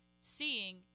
seeing